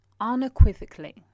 unequivocally